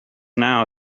now